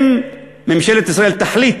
אם ממשלת ישראל תחליט